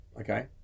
okay